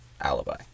alibi